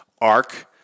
ARC